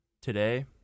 today